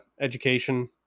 education